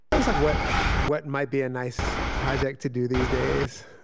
just like what what might be a nice project to do these days,